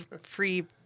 free